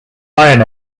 iron